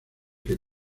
que